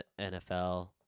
NFL